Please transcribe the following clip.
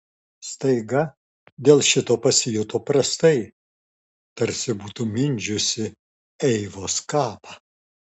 staiga dėl šito pasijuto prastai tarsi būtų mindžiusi eivos kapą